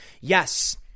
Yes